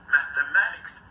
Mathematics